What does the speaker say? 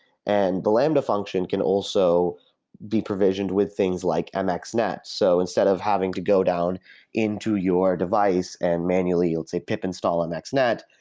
and the lambda function can also be provisioned with things like mxnet. so instead of having to go down into your device and manually you'll, say, pip install mxnet,